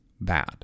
bad